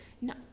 No